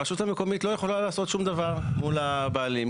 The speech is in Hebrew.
הרשות המקומית לא יכולה לעשות שום דבר מול הבעלים,